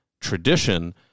tradition